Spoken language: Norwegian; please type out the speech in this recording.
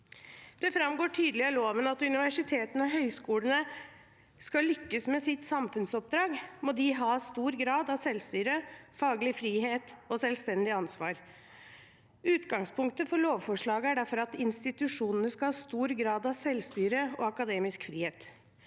Det framgår tydelig av loven at skal universitetene og høyskolene lykkes med sitt samfunnsoppdrag, må de ha stor grad av selvstyre, faglig frihet og selvstendig ansvar. Utgangspunktet for lovforslaget er derfor at institusjonene skal ha stor grad av selvstyre og akademisk frihet.